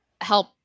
help